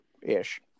Ish